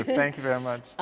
thank you very much.